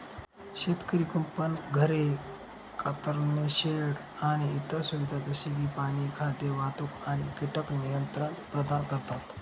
शेतकरी कुंपण, घरे, कातरणे शेड आणि इतर सुविधा जसे की पाणी, खाद्य, वाहतूक आणि कीटक नियंत्रण प्रदान करतात